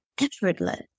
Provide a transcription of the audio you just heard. effortless